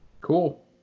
Cool